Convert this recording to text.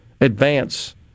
advance